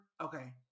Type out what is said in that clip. Okay